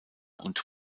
und